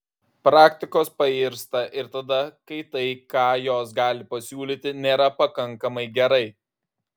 praktikos pairsta ir tada kai tai ką jos gali pasiūlyti nėra pakankamai gerai